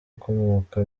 ukomoka